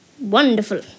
Wonderful